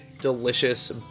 delicious